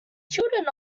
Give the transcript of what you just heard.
children